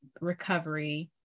recovery